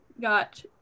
got